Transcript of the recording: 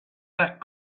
that